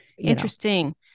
interesting